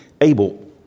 able